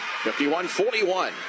51-41